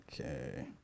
Okay